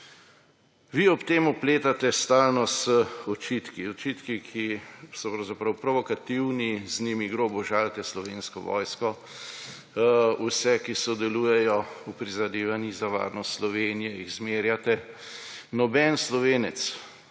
Vi ob tem opletate stalno z očitki, očitki, ki so pravzaprav provokativni, z njimi grobo žalite Slovensko vojsko, vse, ki sodelujejo v prizadevanjih za varnost Slovenije, jih zmerjate. Noben Slovenec